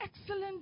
excellent